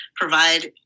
provide